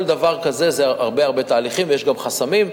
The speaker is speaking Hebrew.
כל דבר כזה זה הרבה הרבה תהליכים, ויש גם חסמים.